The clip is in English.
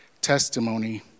testimony